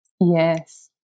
Yes